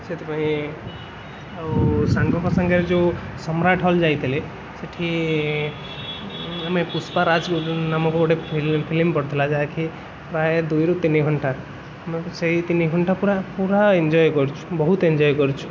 ସେଥିପାଇଁ ଆଉ ସାଙ୍ଗ ଙ୍କ ସାଙ୍ଗରେ ଯେଉଁ ସମ୍ରାଟ ହଲ ଯାଇଥିଲେ ସେଇଠି ଆମେ ପୁଷ୍ପାରାଜ ନାମକ ଗୋଟେ ଫିଲିମ ଫିଲିମ ପଡ଼ିଥିଲା ଯାହାକି ପ୍ରାୟ ଦୁଇ ରୁ ତିନି ଘଣ୍ଟା ଆମକୁ ସେଇ ତିନି ଘଣ୍ଟା ପୁରା ପୁରା ଏନ୍ଜୟ କରିଛୁ ବହୁତ ଏନ୍ଜୟ କରିଛୁ